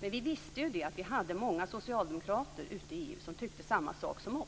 Men vi visste att vi hade många socialdemokrater ute i EU som tyckte samma sak som